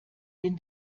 denn